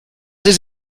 ist